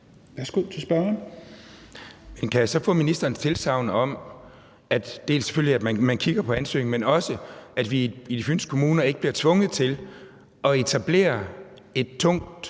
kan jeg så få ministerens tilsagn om, at man selvfølgelig kigger på ansøgningen, men også at vi i de fynske kommuner ikke bliver tvunget til at etablere et tungt